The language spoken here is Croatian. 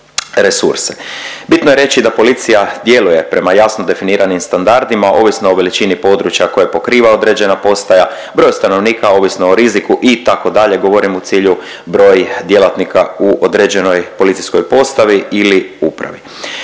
Bitno je reći da policija djeluje prema jasno definiranim standardima ovisno o veličini područja koje pokriva određena postaja, broju stanovnika ovisno o riziku itd., govorim u cilju broj djelatnika u određenoj policijskoj postavi ili upravi.